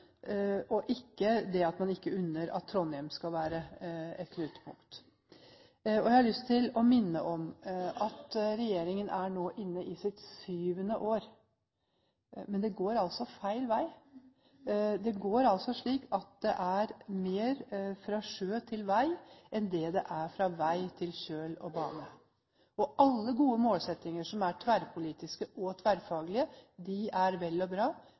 ikke det at man ikke unner Trondheim å være et knutepunkt. Jeg har lyst til å minne om at regjeringen nå er inne i sitt syvende år. Men det går altså feil vei. Det er slik at det er mer som går fra sjø til vei, enn det som går fra vei til kjøl og til bane. Alle gode målsettinger som er tverrpolitiske og tverrfaglige, er vel og bra,